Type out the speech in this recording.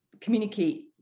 communicate